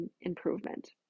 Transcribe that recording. improvement